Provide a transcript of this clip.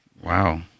wow